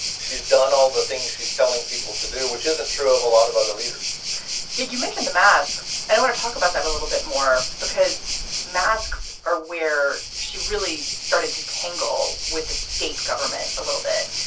she's done all the things she's telling people to do, which isn't true of a lot of other leaders you mentioned the masks. and i want to talk about that a little bit more. because masks are where she really started to tangle with the state government a little bit.